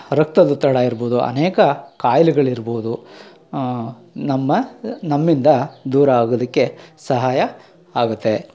ರಕ್ತದೊತ್ತಡ ಇರ್ಬೋದು ಅನೇಕ ಕಾಯಿಲೆಗಳಿರ್ಬೌದು ನಮ್ಮ ನಮ್ಮಿಂದ ದೂರಾಗೋದಕ್ಕೆ ಸಹಾಯ ಆಗುತ್ತೆ